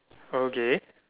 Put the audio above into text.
okay